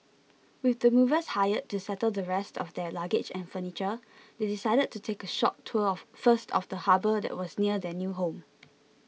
with the movers hired to settle the rest of their luggage and furniture they decided to take a short tour first of the harbour that was near their new home